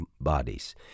bodies